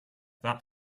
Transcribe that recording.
that